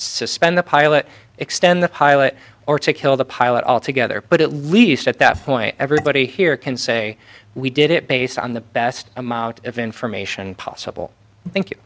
suspend the pilot extend the pilot or to kill the pilot altogether but at least at that point everybody here can say we did it based on the best amount of information possible thank